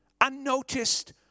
Unnoticed